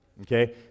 okay